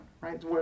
right